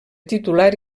titular